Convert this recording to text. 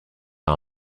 our